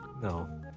no